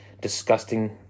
Disgusting